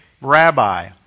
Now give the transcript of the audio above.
rabbi